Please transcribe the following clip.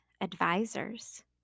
advisors